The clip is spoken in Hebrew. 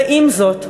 ועם זאת,